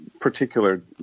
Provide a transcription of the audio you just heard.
particular